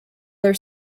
their